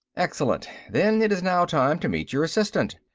excellent. then it is now time to meet your assistant.